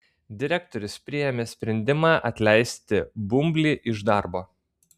direktorius priėmė sprendimą atleisti bumblį iš darbo